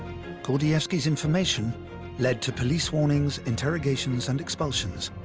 gordievsky's information led to police warnings, interrogations, and expulsions,